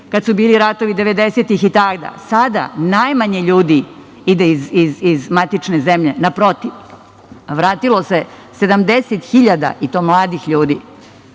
kada su bili ratovi 90-tih i tada. Sada, najmanje ljudi ide iz matične zemlje. Naprotiv, vratilo se 70.000 i to mladih ljudi. Kada